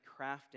crafting